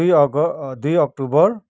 दुई अग दुई अक्टोबर